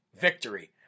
victory